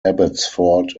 abbotsford